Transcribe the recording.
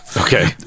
Okay